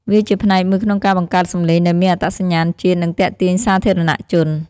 វាជាផ្នែកមួយក្នុងការបង្កើតសម្លេងដែលមានអត្តសញ្ញាណជាតិ និងទាក់ទាញសាធារណជន។